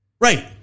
Right